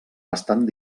bastant